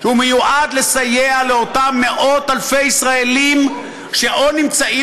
שמיועד לסייע לאותם מאות-אלפי ישראלים שאו נמצאים